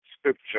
scripture